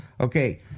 Okay